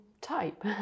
type